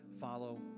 follow